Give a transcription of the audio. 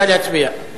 נא להצביע.